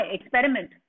experiment